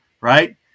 right